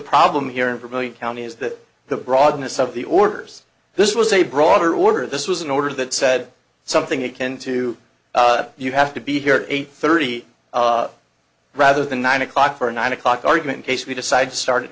problem here in vermillion county is that the broadness of the orders this was a broader order this was an order that said something akin to you have to be here at eight thirty rather than nine o'clock for a nine o'clock argument case we decide to start at